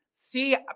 See